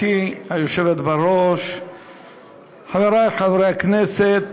הצעת החוק חבר הכנסת